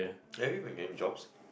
anybody gain jobs